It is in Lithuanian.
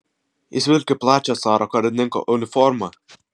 jis vilki plačia caro karininko uniforma